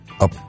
up